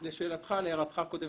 להערתך קודם,